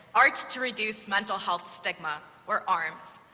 art to reduce mental health stigma, or arms.